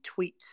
tweets